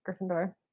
Gryffindor